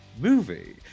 movie